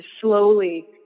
slowly